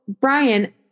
Brian